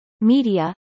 media